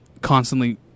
constantly